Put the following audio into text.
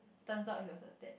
turns out he was attached